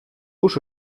uso